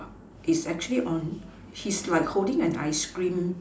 is actually on he's like holding an ice cream